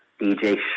DJ